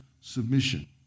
submission